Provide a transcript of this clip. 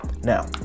Now